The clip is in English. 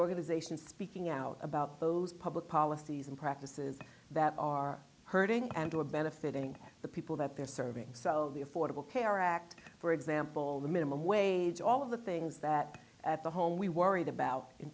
organization speaking out about those public policies and practices that are hurting and do a benefit in the people that they're serving sell the affordable care act for example the minimum wage all of the things that at the home we worried about in